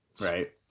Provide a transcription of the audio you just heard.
Right